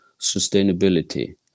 sustainability